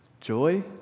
Joy